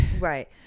right